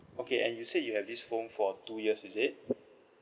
okay and you said you have this phone for two years is it